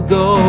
go